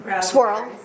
swirl